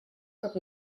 как